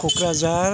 Kokrajhar